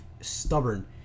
stubborn